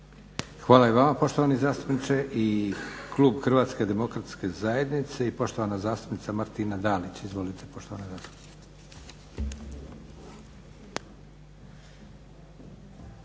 Hvala i vama poštovani zastupniče. I klub HDZ-a i poštovana zastupnica Martina Dalić. Izvolite poštovana zastupnice.